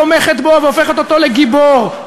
דיס-פרופורציונלית לגמרי למעמדכם בציבור הישראלי,